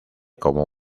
como